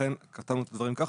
לכן כתבנו את הדברים כך,